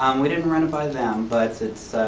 um we didn't run it by them, but it's